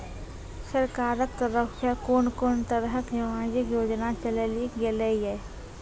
सरकारक तरफ सॅ कून कून तरहक समाजिक योजना चलेली गेलै ये?